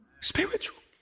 Spiritual